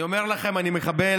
אני אומר לכם, אני מקבל,